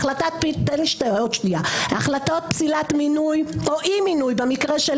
החלטת פסילת מינוי או אי-מינוי במקרה של